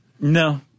No